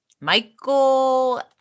Michael